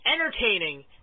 entertaining